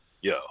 Yo